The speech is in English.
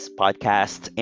podcast